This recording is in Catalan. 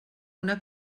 una